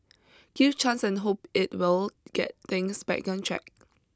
give chance and hope it will get things back on track